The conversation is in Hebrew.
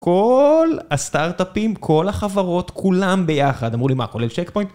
כל הסטארט-אפים, כל החברות, כולם ביחד. אמרו לי, מה, כולל צ'ק-פוינט?